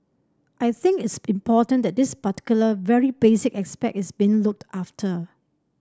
I think it's important that this particular very basic aspect is being looked after